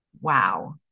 Wow